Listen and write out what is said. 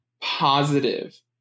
positive